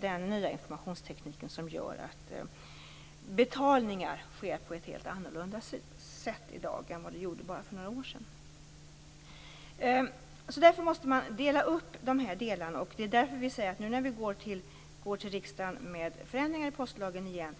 Den nya informationstekniken gör att betalningar sker på ett helt annorlunda sätt i dag jämfört med för bara några år sedan. Därför måste man dela upp de här delarna. Därför måste vi nu, när vi går till riksdagen med förändringar i postlagen igen,